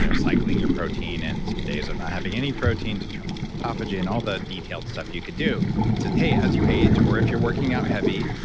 you know cycling your protein and some days of not having any protein to turn on autophagy and all the detailed stuff you could do hey, as you age or if you're working out heavy,